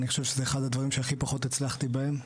אני חושב שזה אחד הדברים שהכי פחות הצלחתי בהם,